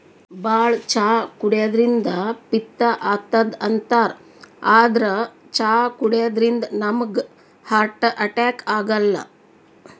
ಭಾಳ್ ಚಾ ಕುಡ್ಯದ್ರಿನ್ದ ಪಿತ್ತ್ ಆತದ್ ಅಂತಾರ್ ಆದ್ರ್ ಚಾ ಕುಡ್ಯದಿಂದ್ ನಮ್ಗ್ ಹಾರ್ಟ್ ಅಟ್ಯಾಕ್ ಆಗಲ್ಲ